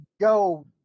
go